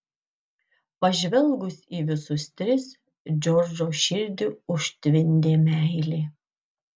pažvelgus į visus tris džordžo širdį užtvindė meilė